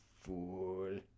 Fool